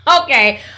Okay